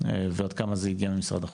ועד כמה זה הגיע ממשרד החוץ,